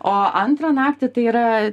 o antrą naktį tai yra